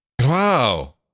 Wow